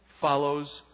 follows